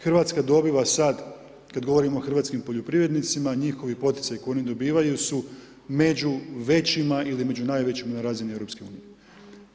Hrvatska dobiva sad, kad govorimo o hrvatskim poljoprivrednicima, njihovi poticaji koji oni dobivaju su među većima ili među najvećima na razini Europske unije.